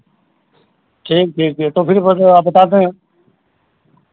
ठीक ठीक तो फिर बताते हैं